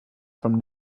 from